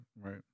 right